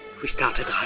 we started ah